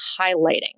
highlighting